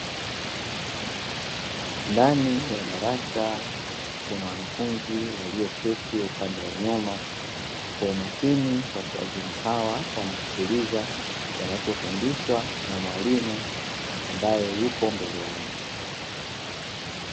Ndani ya darasa kuna wanafunzi walioketi upande wa nyuma kwa umakini, watu wazima hawa wanasikiliza wanachofundishwa na mwalimu ambaye yupo mbele yao.